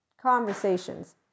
conversations